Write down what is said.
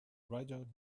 rider